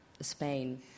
Spain